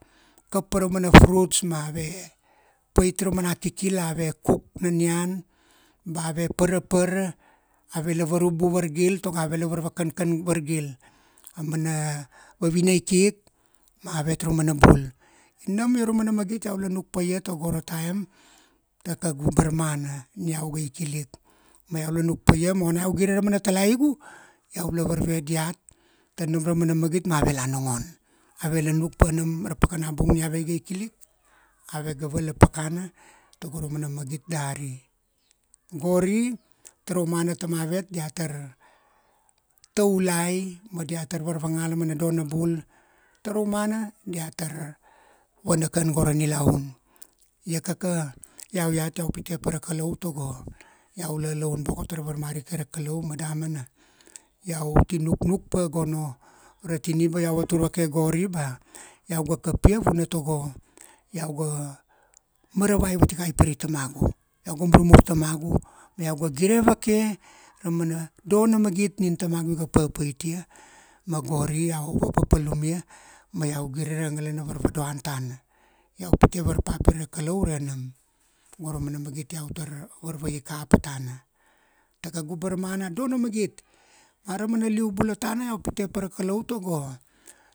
Kapa ra mana fruits ma ave pait ra mana kikil ave kuk na nian ba ave parapara, avela varubu vargil togo ave la varva kankan vargil. Amana vavina ikik, ma avet ra mana bul. Nam ia ra mana magit iau la nuk paia togo ra taem, ta kaugu barmana, ni iau ga ikilik. Ma iau la nuk paia ma ona iau gire ra mana talaigu, iau la varve diat tanam ra umana magit ma ave la nongon. Ave la nuk pa nam ra pakana bung ni ave ga ikilik, ave ga vala pakana togo ra mana magit dari. Gori, ta raumana tara umana tamavet dia tar taulai ma diat tar varvangala mana dona bul. Tara umana dia tar vanakan go ra nilaun. Ia kaka iau iat iau pitepa ra Kalou togo iau lalaun boko tara varmari kai ra Kalou ma damana iau ti nuknuk pa gono ra tiniba iau vatur vake gori ba iau ga kapia vuna tago iau ga maravai vatikai pirei tamagu. Iau ga murmur tamagu ma iau ga gire vake ra mana do na magit nin tamagu iga papaitia, ma gori iau vapapalumia ma iau gire ra ngalana varvadoan tana. Iua pite varpa pire ra Kalou ure nam, go ra mana magit iau tar varvai kapa tana. Ta kaugu barmana a do na magit. Aramana liu bula tana iau pitepa ra Kalou togo